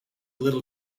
little